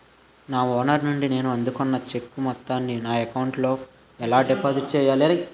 నా ఓనర్ నుండి నేను అందుకున్న చెక్కు మొత్తాన్ని నా అకౌంట్ లోఎలా డిపాజిట్ చేయాలి?